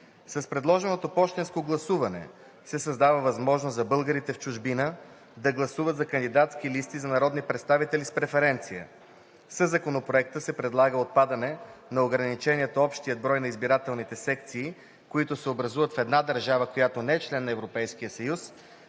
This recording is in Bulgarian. С предложеното пощенско гласуване се създава възможност за българите в чужбина да гласуват за кандидатски листи за народни представители с преференция. Със Законопроекта се предлага отпадане на ограничението общият брой на избирателните секции, които се образуват в една държава, която не е членка на Европейския съюз,